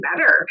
better